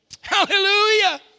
Hallelujah